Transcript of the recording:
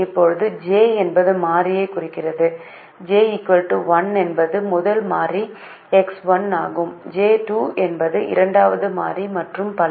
இப்போது j என்பது மாறியைக் குறிக்கிறது j 1 என்பது முதல் மாறி X1 ஆகும் j 2 என்பது இரண்டாவது மாறி மற்றும் பல